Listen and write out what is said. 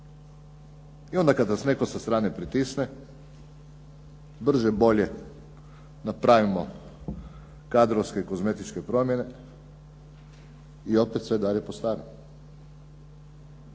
I onda kada nas netko sa strane pritisne, brže, bolje napravimo kadrovske i kozmetičke promjene i opet sve dalje po starom.